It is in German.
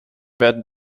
werden